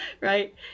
right